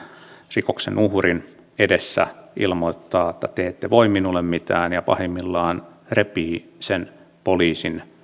rikoksen uhrin edessä ilmoittaa että te ette voi minulle mitään ja pahimmillaan repii sen poliisin